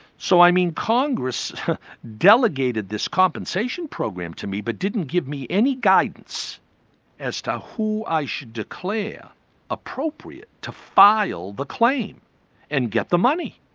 so i mean, congress delegated this compensation program to me but didn't give me any guidance as to who i should declare appropriate to file the claim and get the money.